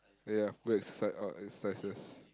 ya go and site out exercises